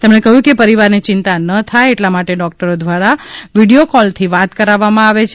તેમણે કહ્યું કે પરિવારને ચિંતા ન થાય એટલા માટે ડોકટરો દ્વારા વિડીઓ કોલથી વાત કરાવવામાં આવે છે